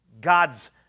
God's